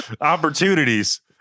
opportunities